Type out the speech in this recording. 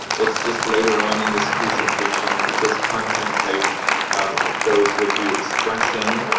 it's just later on in this presentation because content type goes with the expression,